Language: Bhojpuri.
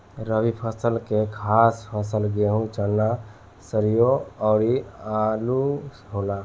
रबी फसल के खास फसल गेहूं, चना, सरिसो अउरू आलुइ होला